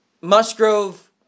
Musgrove